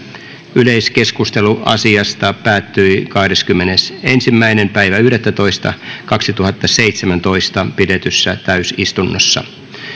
yleiskeskustelu asiasta päättyi kahdeskymmenesensimmäinen yhdettätoista kaksituhattaseitsemäntoista pidetyssä täysistunnossa